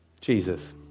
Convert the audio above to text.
Jesus